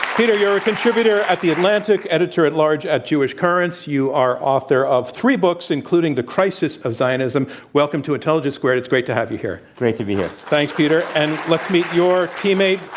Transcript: peter, you're a contributor at the atlantic, editor-at-large at jewish currents. you are author of three books, including, the crisis of zionism. welcome to intelligence squared, it's great to have you here. it's great to be here. thanks, peter. and let's meet your teammate,